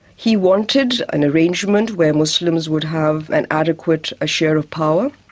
he wanted an arrangement where muslims would have an adequate ah share of power,